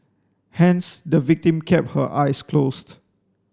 hence the victim kept her eyes closed